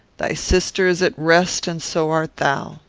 thy sister is at rest, and so art thou.